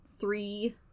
three